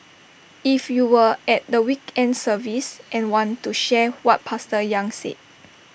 if you were at the weekend service and want to share what pastor yang said